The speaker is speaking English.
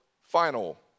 final